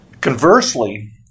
Conversely